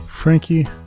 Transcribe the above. Frankie